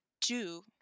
two